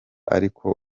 ariko